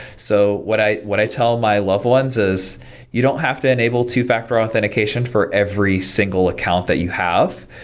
so what i, what i tell my loved ones is you don't have to enable two-factor authentication for every single account that you have.